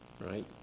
right